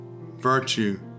virtue